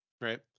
Right